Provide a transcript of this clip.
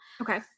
Okay